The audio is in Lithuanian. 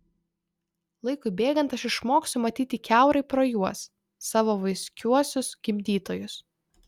laikui bėgant aš išmoksiu matyti kiaurai pro juos savo vaiskiuosius gimdytojus